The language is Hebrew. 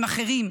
הם אחרים,